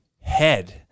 head